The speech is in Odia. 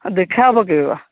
ଦେଖା ହେବ କେବେ ବା